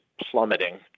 plummeting